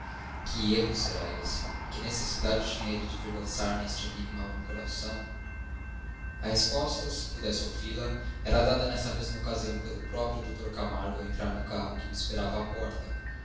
que erro será esse e que necessidade tinha ele de vir lançar-me este enigma no coração a resposta se pudesse ouvi-la era dada nessa mesma ocasião pelo próprio dr camargo ao entrar no carro que o esperava à porta